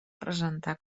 presentar